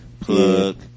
Plug